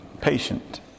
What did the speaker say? patient